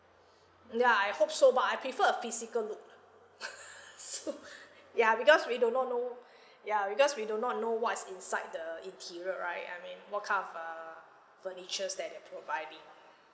ya I hope so but I prefer a physical look lah so ya because we do not know ya because we do not know what's inside the interior right I mean what kind of uh furnitures that they are providing